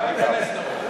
מתי לבוא?